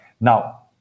Now